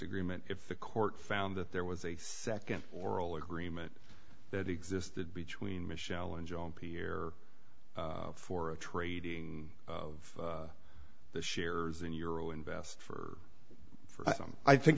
agreement if the court found that there was a second oral agreement that existed between michelle and john here for a trading of the shares in euro invest for them i think